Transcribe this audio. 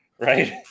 right